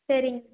சரிங்க